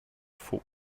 faux